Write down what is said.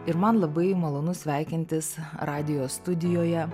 ir man labai malonu sveikintis radijo studijoje